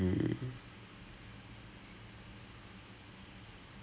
அந்த:antha side ஆலயோ:aalayo that form of pradeep's single நிறைய:niraya